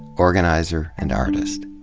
organizer and artist.